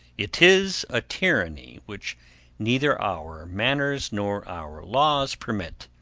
it is a tyranny which neither our manners nor our laws permit.